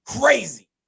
crazy